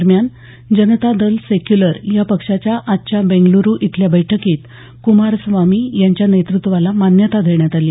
दरम्यान जनता दल सेक्यूलर या पक्षाच्या आजच्या बेंगलुरु इथल्या बैठकीत कुमारस्वामी यांच्या नेतृत्वाला मान्यता देण्यात आली